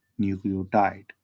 nucleotide